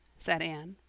said anne.